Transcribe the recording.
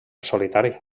solitari